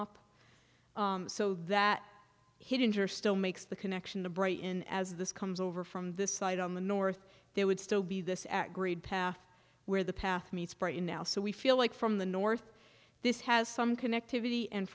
up so that hit injure still makes the connection to break in as this comes over from the side on the north there would still be this at grade path where the path meets for him now so we feel like from the north this has some connectivity and